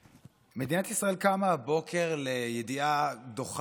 מדינת ישראל קמה הבוקר לידיעה דוחה במיוחד,